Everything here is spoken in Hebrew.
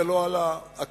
ולא על ההקפאה.